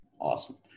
Awesome